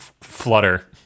flutter